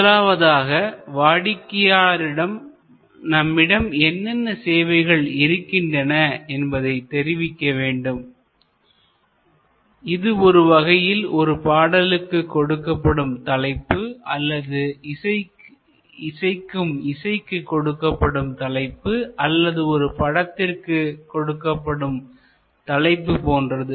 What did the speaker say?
முதலாவதாக வாடிக்கையாளரிடம் நம்மிடம் என்னென்ன சேவைகள் இருக்கின்றன என்பதை தெரிவிக்க வேண்டும் இது ஒரு வகையில் ஒரு பாடலுக்கு கொடுக்கப்படும் தலைப்பு அல்லது இசைக்கும் இசைக்கு கொடுக்கப்படும் தலைப்பு அல்லது ஒரு படத்திற்கு கொடுக்கப்படும் தலைப்பு போன்றது